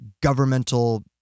governmental